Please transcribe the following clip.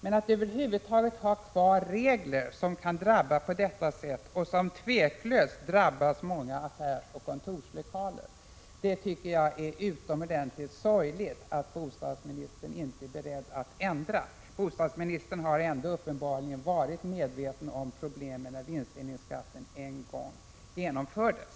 Jag tycker det är utomordentligt sorgligt att bostadsministern inte är beredd att ändra på regler som kan drabba på detta sätt och som otvivelaktigt har drabbat många affärsoch kontorslokaler. Bostadsministern var dock uppenbarligen medveten om problemen när vinstdelningsskatten en gång genomfördes.